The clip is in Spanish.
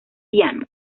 piano